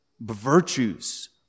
virtues